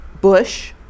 bush